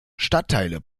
stadtteile